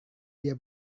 dia